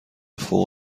فوق